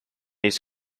his